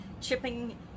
chipping